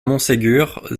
montségur